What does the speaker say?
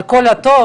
על כל הטוב,